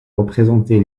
représenter